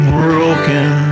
broken